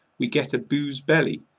we get a booze belly,